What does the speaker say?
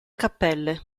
cappelle